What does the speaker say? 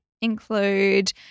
include